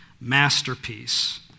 masterpiece